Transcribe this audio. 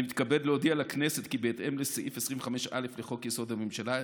אני מתכבד להודיע לכנסת כי בהתאם לסעיף 25(א) לחוק-יסוד: הממשלה,